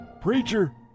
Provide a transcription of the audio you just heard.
Preacher